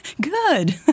Good